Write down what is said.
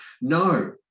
No